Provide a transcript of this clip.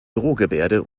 drohgebärde